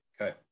Okay